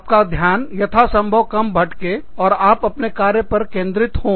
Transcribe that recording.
आपका ध्यान यथासंभव कम भटके और आप अपने कार्य पर केंद्रित हो